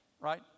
right